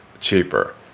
cheaper